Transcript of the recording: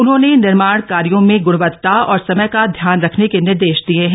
उन्होंने निर्माण कार्यों में गुणवत्ता और समय का ध्यान रखने के निर्देश दिये हैं